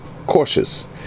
Cautious